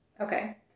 Okay